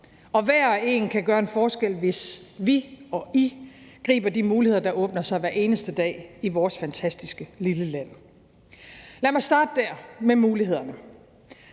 Og hver og en kan gøre en forskel, hvis vi og I griber de muligheder, der åbner sig hver eneste dag i vores fantastiske lille land. Kl. 09:06 Lad mig starte der, med mulighederne.